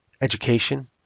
education